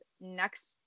next